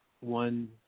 one